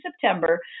September